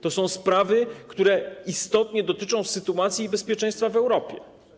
To są sprawy, które istotnie dotyczą sytuacji i bezpieczeństwa w Europie.